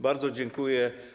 Bardzo dziękuję.